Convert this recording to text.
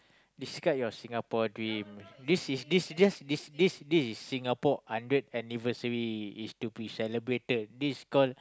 describe your Singapore dream this is this is just this this this is Singapore hundred anniversary is to be celebrated this call